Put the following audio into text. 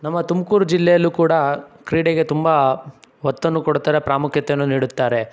ನಮ್ಮ ತುಮಕೂರು ಜಿಲ್ಲೆಯಲ್ಲೂ ಕೂಡ ಕ್ರೀಡೆಗೆ ತುಂಬ ಒತ್ತನ್ನು ಕೊಡುತ್ತಾರೆ ಪ್ರಾಮುಖ್ಯತೆಯನ್ನು ನೀಡುತ್ತಾರೆ